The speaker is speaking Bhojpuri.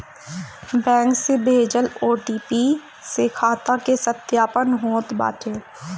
बैंक से भेजल ओ.टी.पी से खाता के सत्यापन होत बाटे